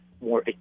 more